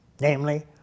Namely